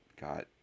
got